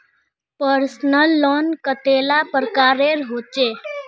Personal loan कतेला प्रकारेर होचे?